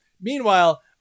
Meanwhile